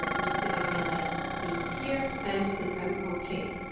i'm just going to highlight these here and click on ok.